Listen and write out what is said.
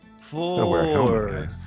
four